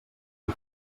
qui